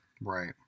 Right